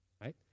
right